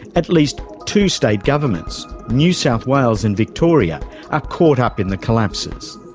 at least two state governments new south wales and victoria are caught up in the collapses.